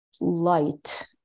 light